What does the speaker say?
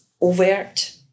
overt